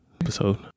episode